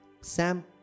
Sam